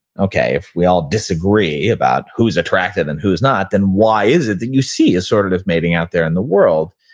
okay, if we all disagree about who is attractive and who's not, then why is it that you see assortative mating out there in the world?